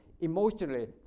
emotionally